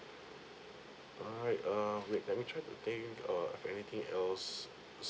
alright err wait let me try to think uh anything else